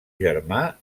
germà